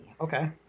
Okay